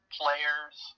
players